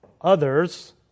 Others